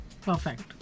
Perfect